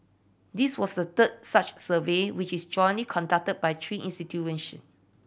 this was the third such survey which is jointly conducted by three